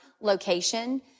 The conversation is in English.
location